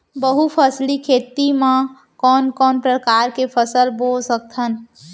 बहुफसली खेती मा कोन कोन प्रकार के फसल बो सकत हन?